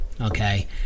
Okay